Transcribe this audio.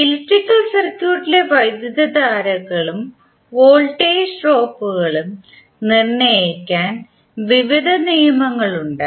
electrical സർക്യൂട്ടിലെ വൈദ്യുതധാരകളും voltage ഡ്രോപ്പുകളും നിർണ്ണയിക്കാൻ വിവിധ നിയമങ്ങളുണ്ട്